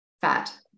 fat